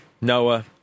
noah